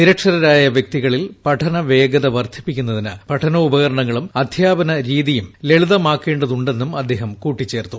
നിർക്ഷ്രരായ വൃക്തികളിൽ പഠനവേഗത വർദ്ധിപ്പിക്കുന്നതിന് പൂഠന്റോപകരണങ്ങളും അധ്യാപനരീതിയും ലളിതമാക്കേണ്ടതുണ്ടെന്നും അദ്ദേഹം കൂട്ടിച്ചേർത്തു